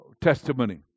testimony